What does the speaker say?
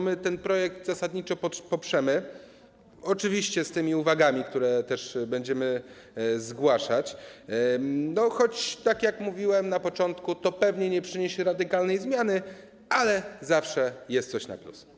My ten projekt zasadniczo poprzemy, oczywiście z tymi uwagami, które też będziemy zgłaszać, choć, tak jak mówiłem na początku, to pewnie nie przyniesie radykalnej zmiany, ale zawsze jest coś na plus.